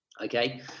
Okay